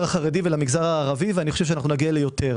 החרדי ולמגזר הערבי ואני חושב שנגיע ליותר